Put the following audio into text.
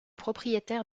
propriétaire